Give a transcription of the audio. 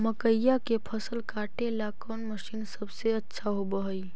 मकइया के फसल काटेला कौन मशीन अच्छा होव हई?